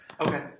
Okay